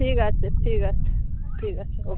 ঠিক আছে ঠিক আছে ঠিক আছে ও কে